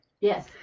Yes